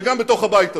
וגם בתוך הבית הזה.